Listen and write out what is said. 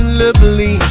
lovely